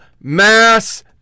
mass